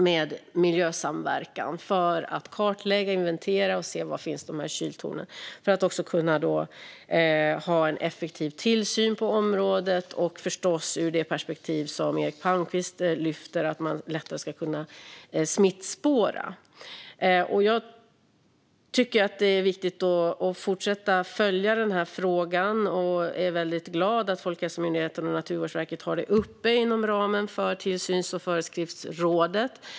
Med miljösamverkan har man kunnat kartlägga var de här kyltornen finns för att kunna ha en effektiv tillsyn på området och förstås också, ur det perspektiv som Eric Palmqvist lyfter fram, för att lättare kunna smittspåra. Jag tycker att det är viktigt att fortsätta följa frågan och är väldigt glad att Folkhälsomyndigheten och Naturvårdsverket har den uppe inom ramen för Tillsyns och föreskriftsrådet.